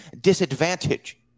disadvantage